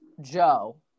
Joe